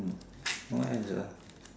what else ah